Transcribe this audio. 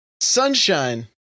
sunshine